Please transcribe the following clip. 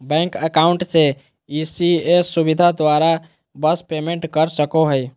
bank account से ECS सुविधा द्वारा सब पेमेंट कर सको हइ